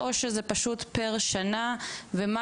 או שזה פשוט עבור כל שנה ושנה,